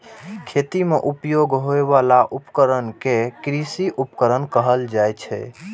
खेती मे उपयोग होइ बला उपकरण कें कृषि उपकरण कहल जाइ छै